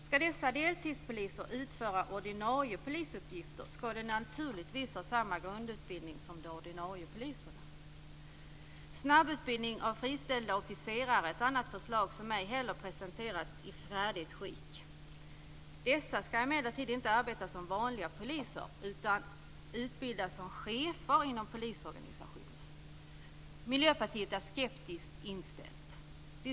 Ska dessa deltidspoliser utföra ordinarie polisuppgifter ska de naturligtvis ha samma grundutbildning som de ordinarie poliserna. Snabbutbildning av friställda officerare är ett annat förslag som ej heller är presenterat i färdigt skick. Dessa ska emellertid inte arbeta som vanliga poliser utan utbildas som chefer i polisorganisationen. Miljöpartiet är skeptiskt inställt till det.